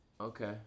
Okay